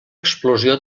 explosió